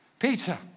Peter